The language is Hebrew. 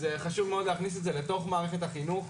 אז חשוב מאוד להכניס את זה לתוך מערכת החינוך,